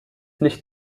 nicht